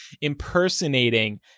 impersonating